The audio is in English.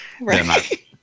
Right